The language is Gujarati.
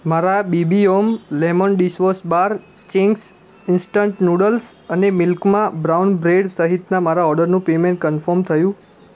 મારા BB home lemon dishwash bar Ching's instant noodles અને મિલ્કમાં બ્રાઉન બ્રૅડ સહિતનાં મારા ઑર્ડરનું પેમૅન્ટ કન્ફર્મ થયું